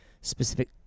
specific –